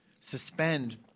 Suspend